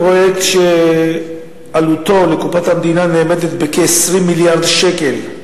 פרויקט שעלותו לקופת המדינה נאמדת ב-20 מיליארד שקל,